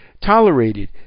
tolerated